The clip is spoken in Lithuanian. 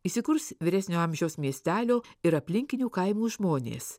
įsikurs vyresnio amžiaus miestelio ir aplinkinių kaimų žmonės